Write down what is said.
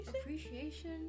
appreciation